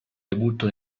debutto